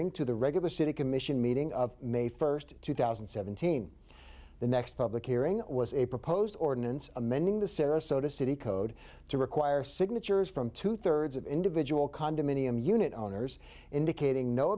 to the regular city commission meeting of may first two thousand and seventeen the next public hearing was a proposed ordinance amending the sarasota city code to require signatures from two thirds of individual condominium unit owners indicating no